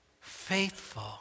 faithful